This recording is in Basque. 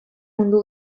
mundu